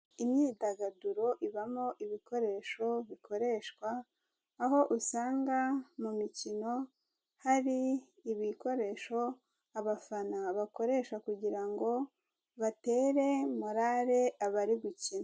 Imyidagaduro ibamo ibikoresho bikoreshwa, aho usanga mu mikino hari ibikoresho abafana bakoresha kugira ngo batere morare abari gukina.